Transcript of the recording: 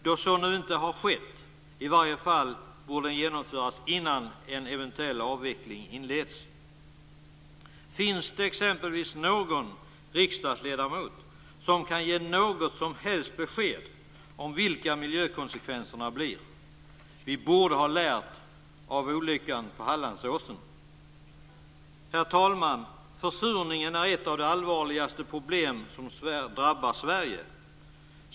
Då så inte skett borde den i alla fall genomföras innan en eventuell avveckling inleds. Finns det exempelvis någon riksdagsledamot som kan ge något som helst besked om vilka miljökonsekvenserna blir? Vi borde ha lärt av olyckan på Herr talman! Försurningen är ett av de allvarligaste problemen som drabbar Sverige.